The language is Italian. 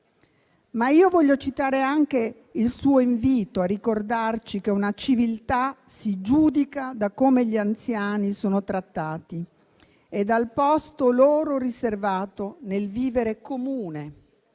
Ma voglio citare anche il suo invito a ricordarci che una civiltà si giudica da come gli anziani sono trattati e dal posto loro riservato nel vivere comune.